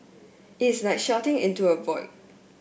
it's like shouting into a void